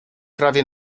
prawie